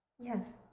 Yes